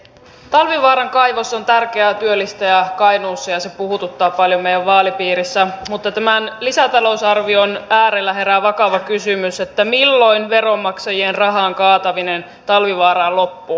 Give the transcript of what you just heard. talvivaaran kaivos on tärkeä työllistäjä kainuussa ja se puhuttaa paljon meidän vaalipiirissämme mutta tämän lisätalousarvion äärellä herää vakava kysymys milloin veronmaksajien rahan kaataminen talvivaaraan loppuu